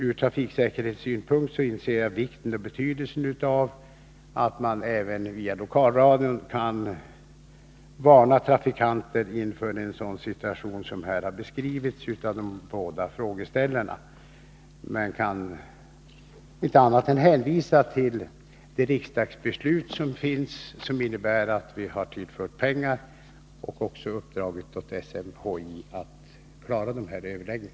Från trafiksäkerhetssynpunkt inser jag betydelsen av att man även via lokalradion kan varna trafikanter inför en sådan situation som har beskrivits av frågeställarna.